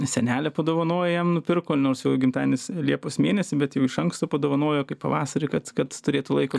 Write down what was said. senelė padovanojo jam nupirko nors jo gimtadienis liepos mėnesį bet jau iš anksto padovanojo kaip pavasarį kad kad turėtų laiko